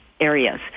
areas